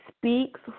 speaks